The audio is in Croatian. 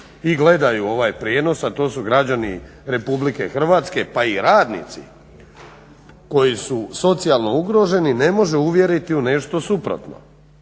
i gledaju ovaj prijenos, a to su građani RH pa i radnici koji su socijalno ugroženi ne može uvjeriti u nešto suprotno.